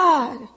God